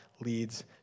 leads